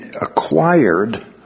acquired